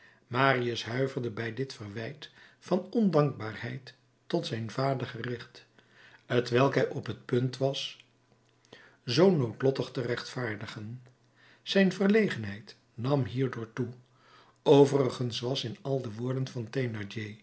marius huiverde bij dit verwijt van ondankbaarheid tot zijn vader gericht t welk hij op t punt was zoo noodlottig te rechtvaardigen zijn verlegenheid nam hierdoor toe overigens was in al de woorden van